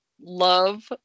love